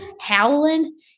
howling